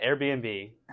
Airbnb